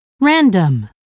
random